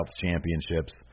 championships